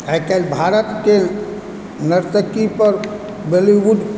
आइ काल्हि भारतके नर्तकीपर बॉलीवुड